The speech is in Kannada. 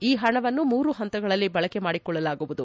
ಈ ಹಣವನ್ನು ಮೂರು ಹಂತಗಳಲ್ಲಿ ಬಳಕೆ ಮಾಡಿಕೊಳ್ಳಲಾಗುವುದು